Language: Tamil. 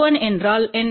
S21என்றால் என்ன